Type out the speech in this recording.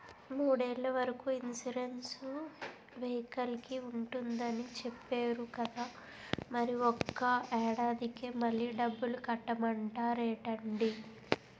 మూడేళ్ల వరకు ఇన్సురెన్సు వెహికల్కి ఉంటుందని చెప్పేరు కదా మరి ఒక్క ఏడాదికే మళ్ళి డబ్బులు కట్టమంటారేంటండీ?